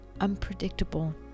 unpredictable